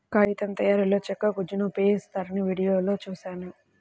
కాగితం తయారీలో చెక్క గుజ్జును ఉపయోగిస్తారని వీడియోలో చూశాను